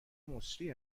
مسری